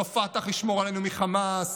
לא פתח ישמור עלינו מחמאס,